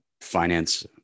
finance